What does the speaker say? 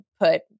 put